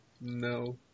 No